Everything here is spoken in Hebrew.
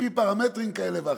על-פי פרמטרים כאלה ואחרים.